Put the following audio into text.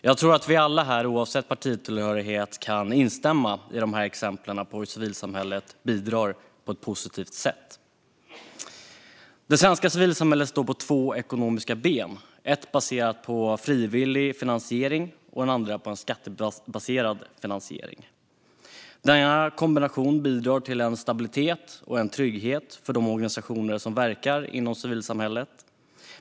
Jag tror att vi alla här, oavsett partitillhörighet, kan instämma i att detta är exempel på hur civilsamhället bidrar på ett positivt sätt. Det svenska civilsamhället står på två ekonomiska ben: ett består av frivillig finansiering och ett av skattebaserad finansiering. Denna kombination bidrar till stabilitet och trygghet för de organisationer som verkar inom civilsamhället.